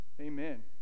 Amen